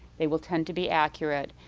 they will tend to be accurate.